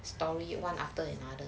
story one after another